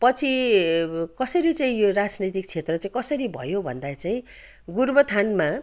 पछि कसरी चाहिँ यो राजनैतिक क्षेत्र चाहिँ कसरी भयो भन्दा चाहिँ गोरुबथानमा